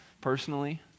Personally